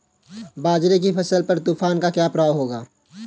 बाजरे की फसल पर तूफान का क्या प्रभाव होगा?